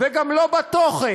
וגם לא בתוכן,